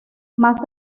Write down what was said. más